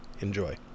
Enjoy